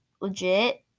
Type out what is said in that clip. legit